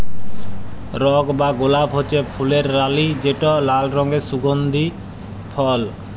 রজ বা গোলাপ হছে ফুলের রালি যেট লাল রঙের সুগল্ধি ফল